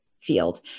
field